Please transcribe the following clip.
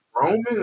Roman